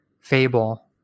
fable